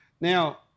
Now